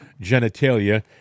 genitalia